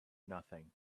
nothing